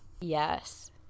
yes